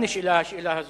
נשאלה גם השאלה הזאת.